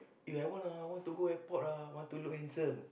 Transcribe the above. eh I want ah want to go airport ah want to look handsome